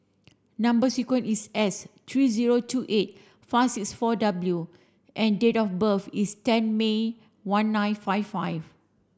number sequence is S three zero two eight five six four W and date of birth is ten May one nine five five